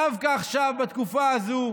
דווקא עכשיו, בתקופה הזו,